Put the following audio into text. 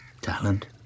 Talent